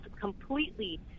completely